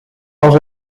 als